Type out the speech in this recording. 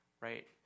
right